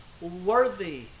worthy